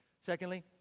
Secondly